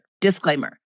Disclaimer